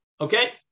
Okay